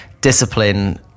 discipline